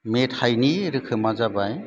मेथाइनि रोखोमा जाबाय